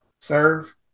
serve